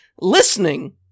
listening